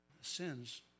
Sins